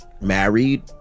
married